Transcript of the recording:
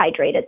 hydrated